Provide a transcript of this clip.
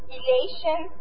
elation